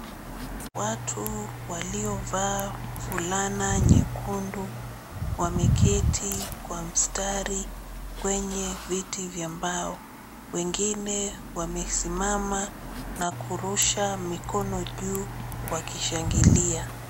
Watu waliovaa fulana nyekundu kwa mstari kwenye viti vya mbao wengine wamesimama nakurusha mikono juu wakishangilia.